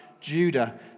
Judah